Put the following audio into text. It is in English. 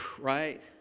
right